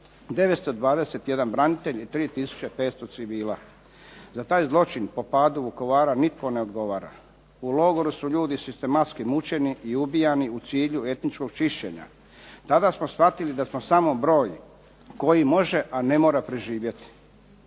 921 branitelj i 3 tisuće 500 civila. Za taj zločin po padu Vukovara nitko ne odgovara. U logoru su ljudi sistematski mučeni i ubijani u cilju etničkog čišćenja. Tada smo shvatili da smo samo broj koji može a ne mora preživjeti.